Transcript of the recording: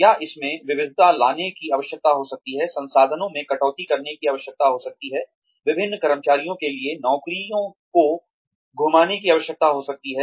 या इसमें विविधता लाने की आवश्यकता हो सकती है संसाधनों में कटौती करने की आवश्यकता हो सकती है विभिन्न कर्मचारियों के लिए नौकरियों को घुमाने की आवश्यकता हो सकती है